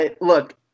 Look